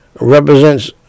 Represents